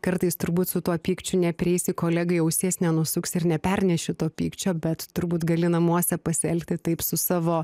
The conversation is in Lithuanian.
kartais turbūt su tuo pykčiu neprieisi kolegai ausies nenusuksi ir neperneši to pykčio bet turbūt gali namuose pasielgti taip su savo